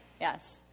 Yes